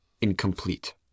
incomplete